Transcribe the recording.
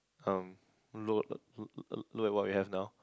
um look look at what we have now